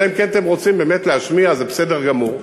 אלא אם כן אתם רוצים באמת להשמיע, וזה בסדר גמור.